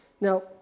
Now